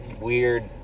weird